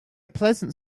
pleasant